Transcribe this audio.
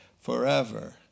forever